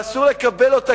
ואסור לקבל אותה,